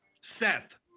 Seth